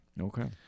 Okay